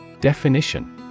Definition